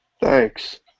Thanks